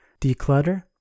declutter